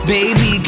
Baby